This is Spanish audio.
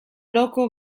loco